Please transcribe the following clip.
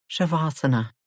Shavasana